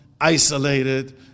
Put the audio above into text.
isolated